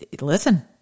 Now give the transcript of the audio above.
listen